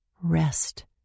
Rest